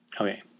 Okay